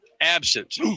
absent